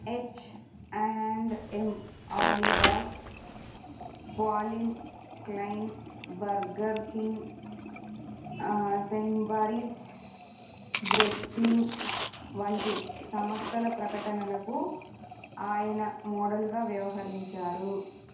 H and M Adidas Calvin Klein Burger King సెయింట్వారీస్ Breitling వంటి సంస్థల ప్రకటనలకు ఆయన మోడల్గా వ్యవహరించారు